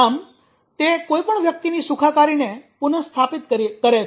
આમ તે કોઈ વ્યક્તિની સુખાકારીને પુનસ્થાપિત કરે છે